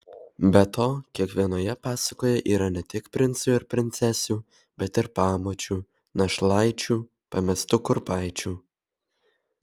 be to kiekvienoje pasakoje yra ne tik princų ir princesių bet ir pamočių našlaičių pamestų kurpaičių